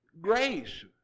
grace